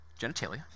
genitalia